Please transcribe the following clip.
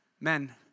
men